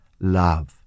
love